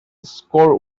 score